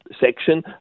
section